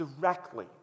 directly